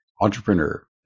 entrepreneur